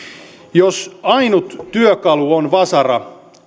jos ainut työkalu on vasara